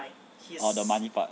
or the money part